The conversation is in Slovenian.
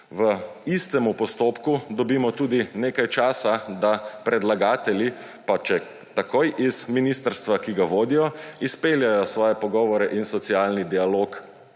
V istem postopku dobimo tudi nekaj časa, da predlagatelji, pa če tudi takoj, iz ministrstva, ki ga vodijo, izpeljejo svoje pogovore in socialni dialog